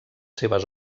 seves